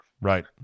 Right